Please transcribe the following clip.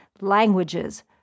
languages